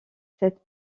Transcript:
cette